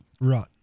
Right